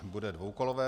Bude dvoukolové.